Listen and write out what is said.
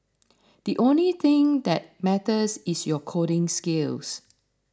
the only thing that matters is your coding skills